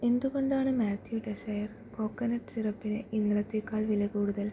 എന്തുകൊണ്ടാണ് മാത്യൂ ടെസ്സെയർ കോക്കനട്ട് സിറപ്പിന് ഇന്നലത്തേക്കാൾ വില കൂടുതൽ